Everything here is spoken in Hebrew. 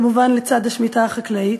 כמובן לצד השמיטה החקלאית.